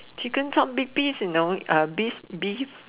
chicken chop big piece you know beef beef